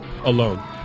alone